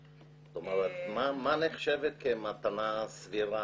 זאת אומרת מה נחשבת כמתנה סבירה.